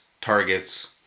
targets